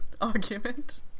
argument